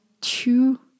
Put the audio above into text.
two